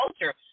culture